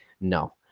No